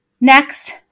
Next